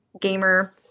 gamer